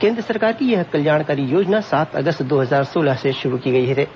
केन्द्र सरकार की यह कल्याणकारी योजना सात अगस्त दो हजार सोलह को शुरू हुई थी